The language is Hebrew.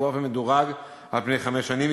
ובאופן מדורג על פני חמש שנים,